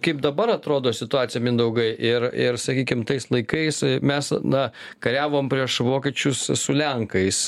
kaip dabar atrodo situacija mindaugai ir ir sakykim tais laikais mes na kariavom prieš vokiečius su lenkais